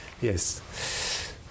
Yes